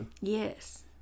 yes